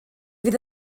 fydd